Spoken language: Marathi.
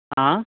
आ